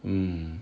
mm